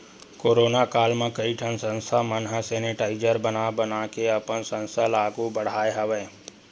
corona काल म कइ ठन संस्था मन ह सेनिटाइजर बना बनाके अपन संस्था ल आघु बड़हाय हवय